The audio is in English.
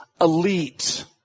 elite